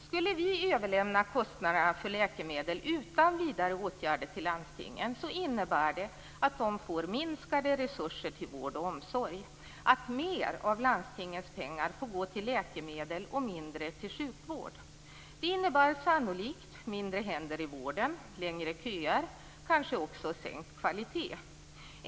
Skulle vi överlämna kostnaderna för läkemedel utan vidare åtgärder till landstingen, innebär det att de får minskade resurser till vård och omsorg, att mer av landstingens pengar får gå till läkemedel och mindre till sjukvård. Det innebär sannolikt färre händer i vården, längre köer och kanske också sänkt kvalitet.